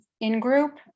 in-group